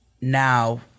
now